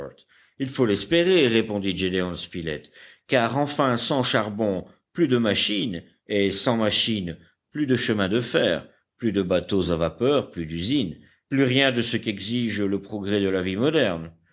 il faut l'espérer répondit gédéon spilett car enfin sans charbon plus de machines et sans machines plus de chemins de fer plus de bateaux à vapeur plus d'usines plus rien de ce qu'exige le progrès de la vie moderne